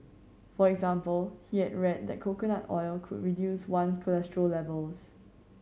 for example he had read that coconut oil could reduce one's cholesterol levels